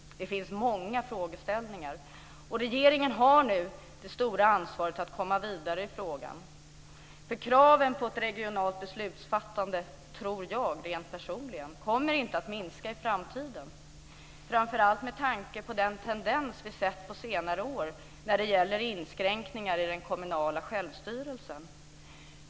Det finns många frågeställningar. Och regeringen har nu det stora ansvaret att komma vidare i frågan, för kraven på ett regionalt beslutsfattande tror jag rent personligen inte kommer att minska i framtiden, framför allt med tanke på den tendens vi sett på senare år när det gäller inskränkningar i den kommunala självstyrelsen.